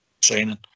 Training